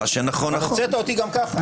הוצאת אותי גם ככה.